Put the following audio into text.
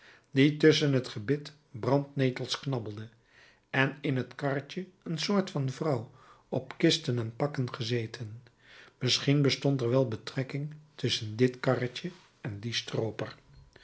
die tusschen het gebit brandnetels knabbelde en in het karretje een soort van vrouw op kisten en pakken gezeten misschien bestond er wel betrekking tusschen dit karretje en dien strooper